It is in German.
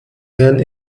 werden